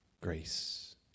grace